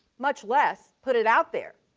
much less put it out there,